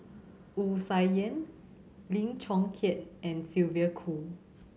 Wu Tsai Yen Lim Chong Keat and Sylvia Kho